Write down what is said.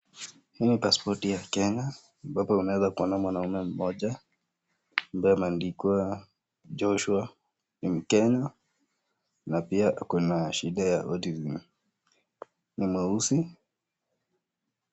Hii ni pasipoti ya kenya ambapo unaweza kuona mwanaume mmoja ambaye ameandikwa Joshua ni mkenya na pia ako na shida ya autism ni mweusi.